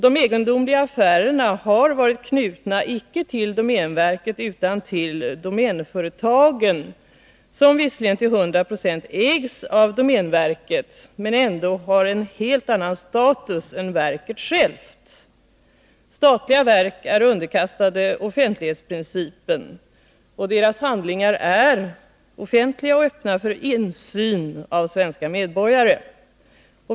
De egendomliga affärerna har varit knutna icke till domänverket utan till domänföretagen, som visserligen till 100 96 ägs av domänverket, men ändå har en helt annan status än verket självt. Statliga verk är underkastade offentlighetsprincipen, och deras handlingar är offentliga och öppna för insyn av svenska medborgare.